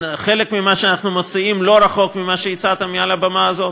חלק ממה שאנחנו מציעים לא רחוק ממה שהצעת מעל הבמה הזאת.